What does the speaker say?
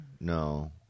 No